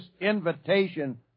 invitation